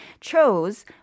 chose